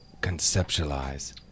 conceptualize